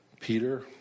Peter